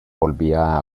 volvía